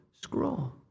scroll